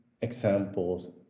examples